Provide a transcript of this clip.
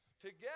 together